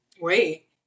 wait